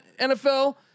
NFL